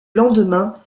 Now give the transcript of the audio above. lendemain